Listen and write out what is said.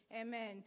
Amen